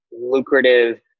lucrative